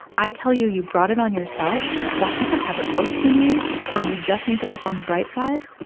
i tell you you brought it on yourself or people have it worse than you or you just need to look on the bright side,